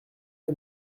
les